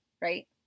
Right